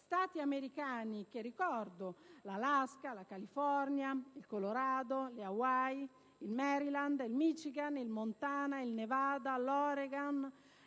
Stati americani - l'Alaska, la California, il Colorado, le Hawaii, il Maryland, il Michigan, il Montana, l'Oregon,